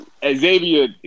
Xavier